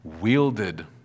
wielded